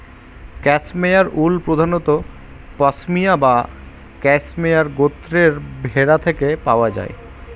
cashmere wool প্রধানত পসমিনা বা cashmere গোত্রের ভেড়া থেকে পাওয়া যায়